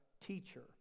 teacher